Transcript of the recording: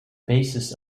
basis